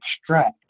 extract